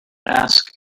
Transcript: ask